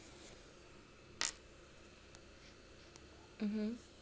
mmhmm